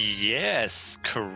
Yes